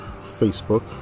Facebook